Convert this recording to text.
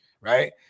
right